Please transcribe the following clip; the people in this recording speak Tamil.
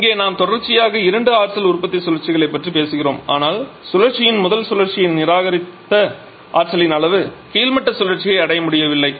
இங்கே நாம் தொடர்ச்சியாக இரண்டு ஆற்றல் உற்பத்தி சுழற்சிகளைப் பற்றி பேசுகிறோம் ஆனால் சுழற்சியின் முதல் சுழற்சியை நிராகரித்த ஆற்றலின் அளவு கீழ்மட்ட சுழற்சியை அடைய முடியவில்லை